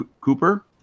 Cooper